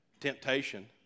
temptation